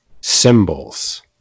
symbols